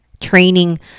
training